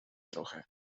trochę